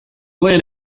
land